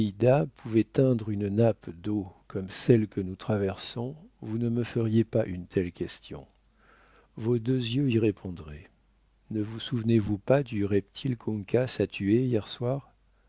pouvait teindre une nappe d'eau comme celle que nous traversons vous ne me feriez pas une telle question vos deux yeux y répondraient ne vous souvenez-vous pas du reptile qu'uncas a tué hier soir